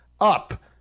up